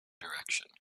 direction